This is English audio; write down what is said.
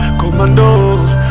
commando